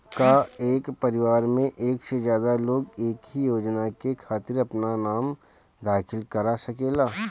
का एक परिवार में एक से ज्यादा लोग एक ही योजना के खातिर आपन नाम दाखिल करा सकेला?